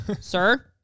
Sir